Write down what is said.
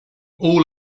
all